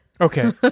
Okay